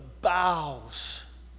boughs